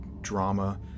drama